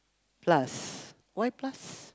plus why plus